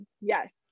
yes